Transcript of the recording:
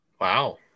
Wow